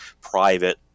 private